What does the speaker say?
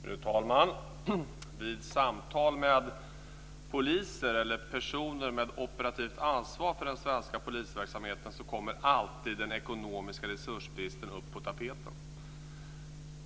Fru talman! Vid samtal med poliser eller personer med operativt ansvar för den svenska polisverksamheten kommer alltid den ekonomiska resursbristen upp på tapeten.